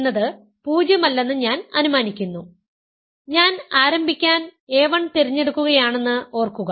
a 1 എന്നത് 0 അല്ലെന്ന് ഞാൻ അനുമാനിക്കുന്നു ഞാൻ ആരംഭിക്കാൻ a1 തിരഞ്ഞെടുക്കുകയാണെന്ന് ഓർക്കുക